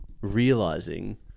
realizing